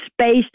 space